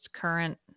current